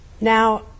Now